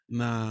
na